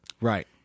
Right